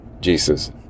Jesus